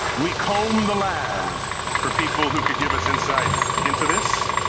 we combed the land for people who could give us insight into this,